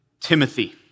Timothy